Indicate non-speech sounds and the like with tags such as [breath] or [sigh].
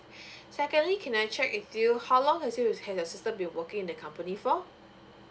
[breath] secondly can I check with you how long have you said your sister been working in the company for